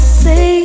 say